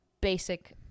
basic